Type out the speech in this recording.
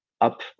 up